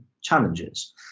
challenges